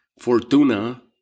Fortuna